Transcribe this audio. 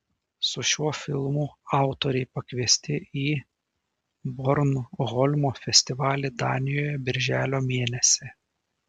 su šiuo filmu autoriai pakviesti ir į bornholmo festivalį danijoje birželio mėnesį